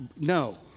no